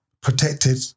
protected